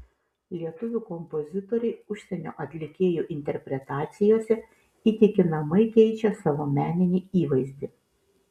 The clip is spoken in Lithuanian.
lietuvių kompozitoriai užsienio atlikėjų interpretacijose įtikinamai keičia savo meninį įvaizdį